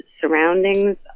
surroundings